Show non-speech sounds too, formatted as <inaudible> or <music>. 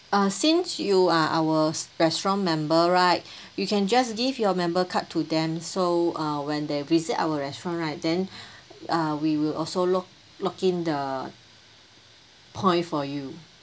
uh since you are our restaurant member right you can just give your member card to them so uh when they visit our restaurant right then <breath> uh we will also lock~ lock in the point for you